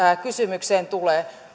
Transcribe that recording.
kysymykseen tulee